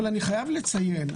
אבל אני חייב לציין,